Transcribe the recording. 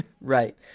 Right